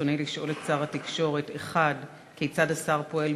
ברצוני לשאול את שר התקשורת: 1. כיצד השר פועל